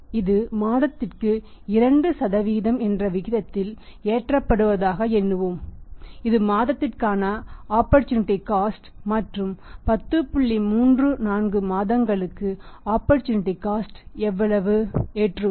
இது மாதத்திற்கு 2 என்ற விகிதத்தில் ஏற்றப்படுவதாக எண்ணுவோம் இது மாதத்திற்கான ஆபர்டூநிடீ காஸ்ட் எவ்வளவு ஏற்றுவது